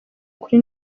kuri